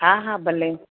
हा हा भले